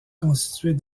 constituée